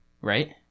Right